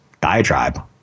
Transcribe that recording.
diatribe